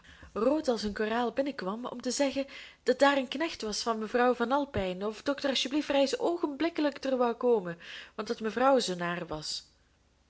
rood als een koraal binnenkwam om te zeggen dat daar een knecht was van mevrouw van alpijn of dokter asjeblieft reis oogenblikkelijk dààr wou komen want dat mevrouw zoo naar was